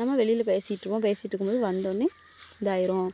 நம்ம வெளியில பேசிகிட்டு இருப்போம் பேசிகிட்டு இருக்கும் போது வந்தொடனே இதாயிரும்